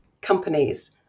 companies